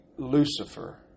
Lucifer